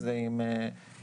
זה עם נכים,